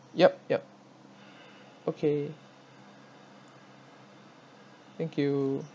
yup yup okay thank you